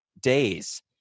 days